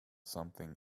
something